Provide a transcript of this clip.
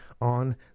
on